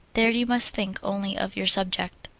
there you must think only of your subject.